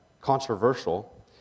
controversial